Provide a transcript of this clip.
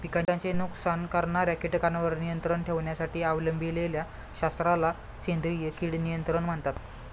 पिकांचे नुकसान करणाऱ्या कीटकांवर नियंत्रण ठेवण्यासाठी अवलंबिलेल्या शास्त्राला सेंद्रिय कीड नियंत्रण म्हणतात